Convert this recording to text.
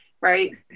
right